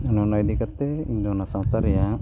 ᱚᱱ ᱚᱱᱟ ᱤᱫᱤ ᱠᱟᱛᱮ ᱤᱧᱫᱚ ᱚᱱᱟ ᱥᱟᱶᱛᱟ ᱨᱮᱭᱟᱜ